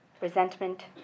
resentment